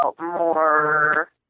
more